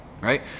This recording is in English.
right